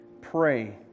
pray